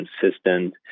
consistent